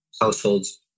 household's